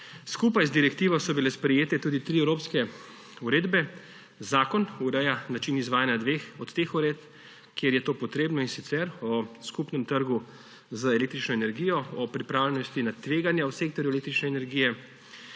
Skupaj z direktivo so bile sprejete tudi tri evropske uredbe, zakon ureja način izvajanja dveh od teh uredb, kjer je to potrebno, in sicer o skupnem trgu z električno energijo, o pripravljenosti na tveganja v sektorju električne energije.